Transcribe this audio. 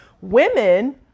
women